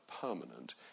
permanent